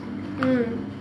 um